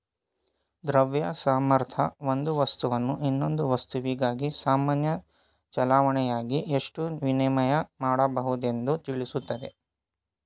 ದ್ರವ್ಯ ಸಾಮರ್ಥ್ಯ ಒಂದು ವಸ್ತುವನ್ನು ಇನ್ನೊಂದು ವಸ್ತುವಿಗಾಗಿ ಸಾಮಾನ್ಯ ಚಲಾವಣೆಯಾಗಿ ಎಷ್ಟು ವಿನಿಮಯ ಮಾಡಬಹುದೆಂದು ತಿಳಿಸುತ್ತೆ